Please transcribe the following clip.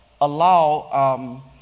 allow